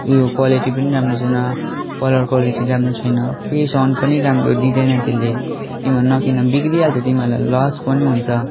उयो क्वालिटी पनि राम्रो छैन कलर क्वालिटी राम्रो छैन केही साउन्ड पनि राम्रो दिँदैन त्यसले तिमीहरू नकिन बिग्रिहाल्छ तिमीहरूलाई लस् पनि हुन्छ